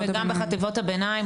וגם בחטיבות הביניים,